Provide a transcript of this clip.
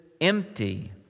empty